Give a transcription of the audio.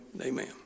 amen